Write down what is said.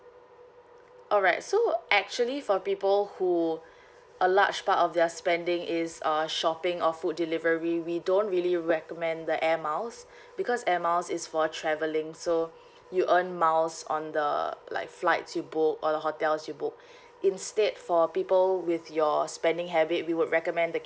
alright so actually for people who a large part of their spending is uh shopping of food delivery we don't really recommend the air miles because air miles is for travelling so you earn miles on the like flights you book or the hotels you book instead for people with your spending habit we would recommend the